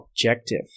objective